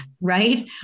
right